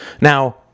Now